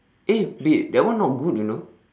eh wait that one not good you know